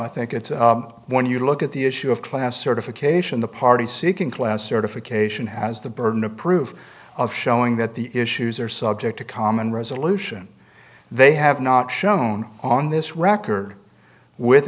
i think it's when you look at the issue of class certification the party seeking class certification has the burden of proof of showing that the issues are subject to common resolution they have not shown on this record with